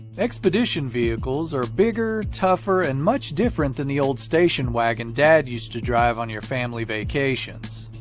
expedition vehicles are bigger, tougher, and much different than the old station wagon dad used to drive on your family vacations.